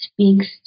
speaks